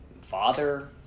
father